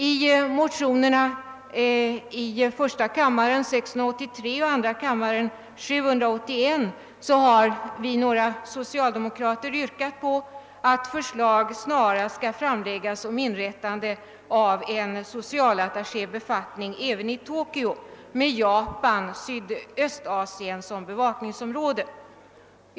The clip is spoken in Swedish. I motionerna I:683 och II:781 har vi några socialdemokrater yrkat på att förslag snarast skall framläggas om inrättande av en socialattachébefattning även i Tokyo med Japan och Sydöstasien som bevakningsområde.